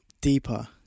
deeper